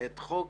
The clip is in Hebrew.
את חוק